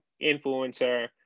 influencer